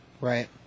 Right